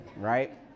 Right